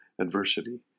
adversity